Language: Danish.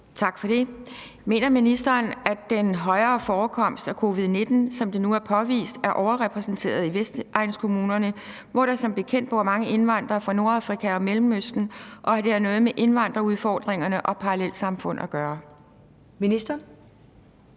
Tak for det. Mener ministeren, at den højere forekomst af covid-19, som det nu er påvist er overrepræsenteret i Vestegnskommunerne, hvor der som bekendt bor mange indvandrere fra Nordafrika og Mellemøsten, har noget med indvandrerudfordringerne og parallelsamfund at gøre?